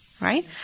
right